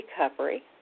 recovery